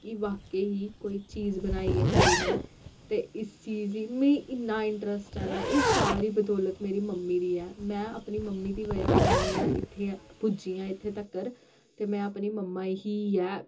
कि बाकेआ ही कोई चीज़ बनाई ऐ कुड़ी ने ते इस चीज़ गी मीं इन्ना इंटरस्ट ऐ ना एह् सारी बदौलत मेरी मम्मी दी ऐ में अपनी मम्मी दी बजह कन्नै गै इत्थै पुज्जी आं इत्थै तक्कर ते में अपनी मम्मा ही गै